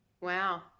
Wow